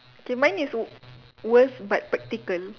K mine is w~ worst but practical